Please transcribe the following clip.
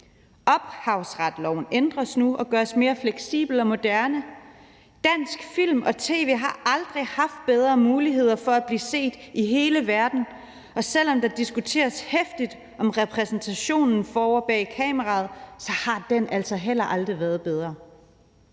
Ophavsretsloven ændres nu og gøres mere fleksibel og moderne. Dansk film og tv har aldrig haft bedre muligheder for at blive set i hele verden, og selv om der diskuteres heftigt om repræsentationen foran og bag kameraet, har den altså heller aldrig været bedre.